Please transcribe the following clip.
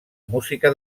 música